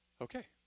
Okay